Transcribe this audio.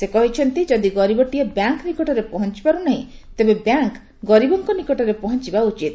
ସେ କହିଛନ୍ତି ଯଦି ଗରୀବଟିଏ ବ୍ୟାଙ୍କ ନିକଟରେ ପହଞ୍ଚପାରୁନାହିଁ ତେବେ ବ୍ୟାଙ୍କ ଗରୀବଙ୍କ ନିକଟରେ ପହଞ୍ଚିବା ଉଚିତ